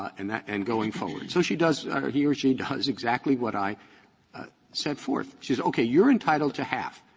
and that and going forward. so she does he or she does exactly what i set forth says, okay, you're entitled to half.